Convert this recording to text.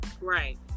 Right